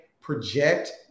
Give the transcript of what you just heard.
project